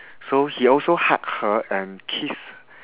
so he also hug her and kiss